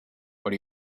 what